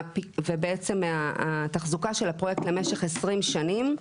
ובעצם התחזוקה של הפרויקט למשך 20 שנים.